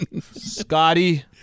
Scotty